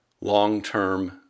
long-term